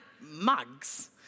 mugs